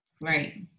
Right